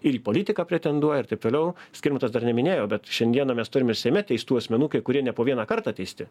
ir į politiką pretenduoja ir taip toliau skirmantas dar neminėjo bet šiandieną mes turim ir seime teistų asmenų kai kurie ne po vieną kartą teisti